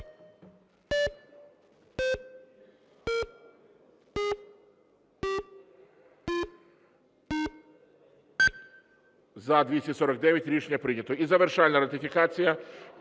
За-249 Рішення прийнято. І завершальна ратифікація